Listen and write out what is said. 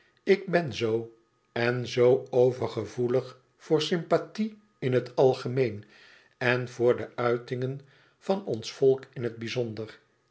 ik ben zoo en zoo overgevoelig voor sym e ids aargang ee in het algemeen en voor de uitingen van ons volk in het bizonder